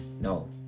No